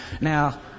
Now